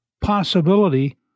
possibility